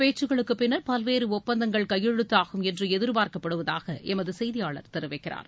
பேச்சுக்களுக்குப் பின்னர் பல்வேறு ஒப்பந்தங்கள் கையெழுத்தாகும் என்று இந்தப் எதிர்ப்பார்க்கப்படுவதாக எமது செய்தியாளர் தெரிவிக்கிறார்